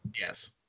Yes